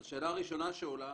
אז השאלה הראשונה שעולה,